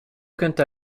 konnte